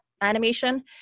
animation